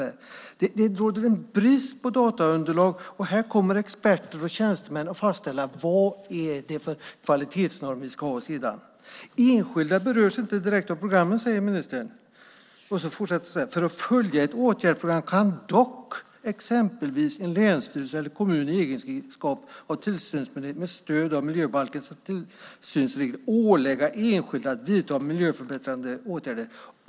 Det råder en brist på dataunderlag, och här kommer experter och tjänstemän att fastställa vad det är för kvalitetsnormer vi ska ha. Enskilda berörs inte direkt av programmen, säger ministern. Men han fortsätter: För att följa ett åtgärdsprogram kan dock exempelvis en länsstyrelse eller en kommun i egenskap av tillsynsmyndighet med stöd av miljöbalkens tillsynsregler ålägga enskilda att vidta miljöförbättrande åtgärder.